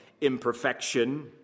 imperfection